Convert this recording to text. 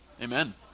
Amen